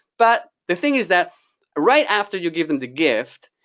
but the thing is that right after you give them the gift,